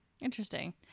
Interesting